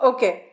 Okay